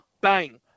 Bang